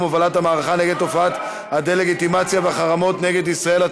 הובלת המערכה נגד תופעת הדה-לגיטימציה והחרמות נגד ישראל),